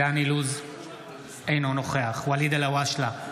אינו נוכח ואליד אלהואשלה,